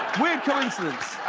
weird coincidence.